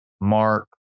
mark